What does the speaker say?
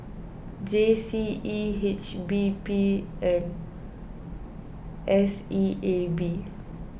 G C E H P B and S E A B